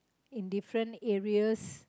in different areas